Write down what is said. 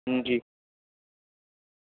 جی